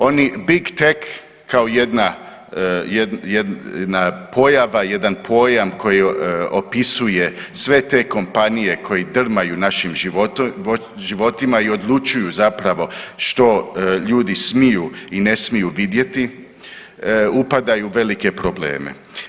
Oni big tech kao jedna, kao jedna pojava, jedan pojam koji opisuje sve te kompanije koji drmaju našim životima i odlučuju zapravo što ljudi smiju i ne smiju vidjeti upadaju u velike probleme.